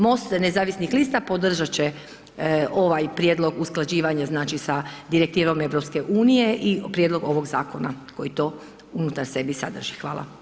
MOST Nezavisnih lista podržat će ovaj prijedlog usklađivanja znači sa Direktivom EU i prijedlog ovog zakona koji to unutar sebe i sadrži.